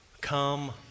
Come